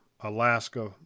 Alaska